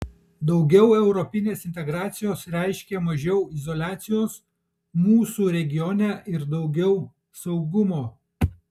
daugiau europinės integracijos reiškia mažiau izoliacijos mūsų regione ir daugiau saugumo